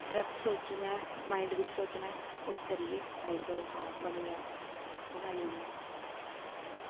direct सोचना ऐ mind बिच्च सोचना ऐ उसी करियै साईड करो हां बनी गेआ बनाई ओड़ना ऐ